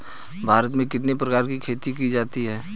भारत में कितने प्रकार की खेती की जाती हैं?